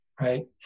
right